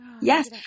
Yes